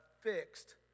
fixed